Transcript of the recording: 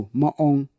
maong